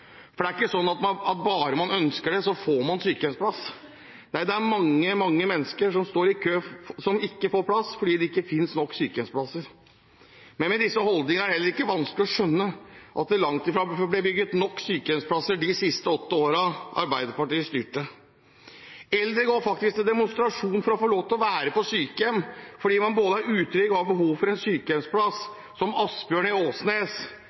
For det er ikke slik at bare man ønsker det, får man sykehjemsplass. Nei, det er mange mennesker som står i kø, som ikke får plass, fordi det ikke finnes nok sykehjemsplasser. Med disse holdningene er det heller ikke vanskelig å skjønne at det langt fra ble bygd nok sykehjemsplasser de siste åtte årene Arbeiderpartiet styrte. Eldre går faktisk til demonstrasjon for å få lov til å være på sykehjem, fordi man både er utrygg og har behov for en sykehjemsplass – som Asbjørn i Åsnes.